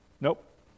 Nope